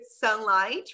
sunlight